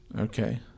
Okay